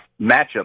matchup